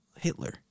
Hitler